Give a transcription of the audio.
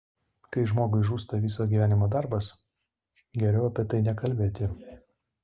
kai žmogui žūsta viso gyvenimo darbas geriau apie tai nekalbėti